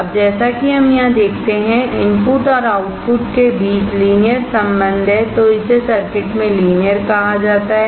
अब जैसा कि हम यहां देखते हैंइनपुट और आउटपुट के बीच लीनियर संबंध है तो इसे सर्किट में लीनियर कहा जाता है